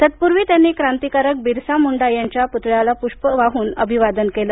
तत्पूर्वी त्यांनी क्रांतिकारक बिरसा मुंडा यांच्या पुतळ्यावर पुष्प वाहून अभिवादन केलं